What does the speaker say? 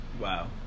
Wow